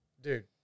Dude